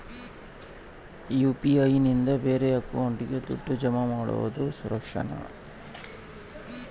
UPI ನಿಂದ ಬೇರೆ ಅಕೌಂಟಿಗೆ ದುಡ್ಡು ಜಮಾ ಮಾಡೋದು ಸುರಕ್ಷಾನಾ?